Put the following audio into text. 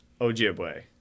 Ojibwe